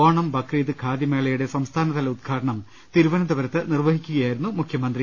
ഓണം ബക്രീദ് ൃഖാദി മേളയുടെ സംസ്ഥാനതല ഉദ്ഘാടനം തിരുവനന്തപുരത്ത് നിർവഹിക്കുകയായിരുന്നു അദ്ദേഹം